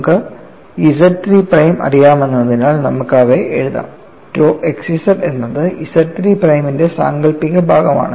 നമുക്ക് ZIII prime അറിയാമെന്നതിനാൽ നമുക്ക് അവയെ എഴുതാം tau xz എന്നത് ZIII പ്രൈമിന്റെ സാങ്കൽപ്പിക ഭാഗമാണ്